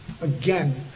Again